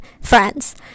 friends